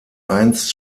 einst